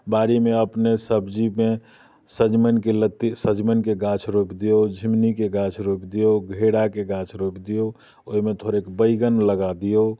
बाड़ीमे अपने सब्जीमे सजमनिके लत्ती सजमनिके गाछ रोपि दियौ झिङ्गुनीके गाछ रोपि दियौ घेराके गाछ रोपि दियौ ओहिमे थोड़ेक बैगन लगा दियौ